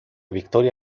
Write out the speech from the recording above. victoria